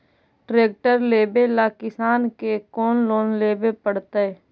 Tractor लेवेला किसान के कौन लोन लेवे पड़तई?